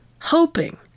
hoping